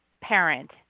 parent